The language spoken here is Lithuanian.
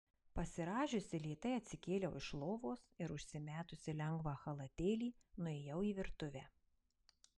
pasirąžiusi lėtai atsikėliau iš lovos ir užsimetusi lengvą chalatėlį nuėjau į virtuvę